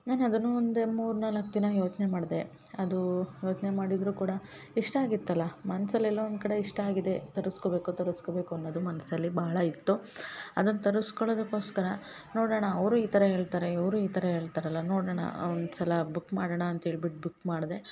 ನಾನು ಅದನ್ನು ಒಂದು ಮೂರು ನಾಲ್ಕು ದಿನ ಯೋಚನೆ ಮಾಡಿದೆ ಅದು ಯೋಚನೆ ಮಾಡಿದ್ದರೂ ಕೂಡ ಇಷ್ಟ ಆಗಿತ್ತಲ್ಲ ಮನ್ಸಲ್ಲಿ ಎಲ್ಲೋ ಒಂದು ಕಡೆ ಇಷ್ಟ ಆಗಿದೆ ತರಸ್ಕೊಬೇಕು ತರಸ್ಕೊಬೇಕು ಅನ್ನದು ಮನ್ಸಲ್ಲಿ ಭಾಳ ಇತ್ತು ಅದನ್ನ ತರಸ್ಕೊಳದಕೋಸ್ಕರ ನೋಡೋಣ ಅವರು ಈ ಥರ ಹೇಳ್ತಾರೆ ಇವರು ಈ ಥರ ಹೇಳ್ತಾರಲ್ಲ ನೋಡೋಣ ಒಂದ್ ಸಲ ಬುಕ್ ಮಾಡಣ ಅಂತ್ ಏಳ್ಬಿಟ್ ಬುಕ್ ಮಾಡ್ದೆ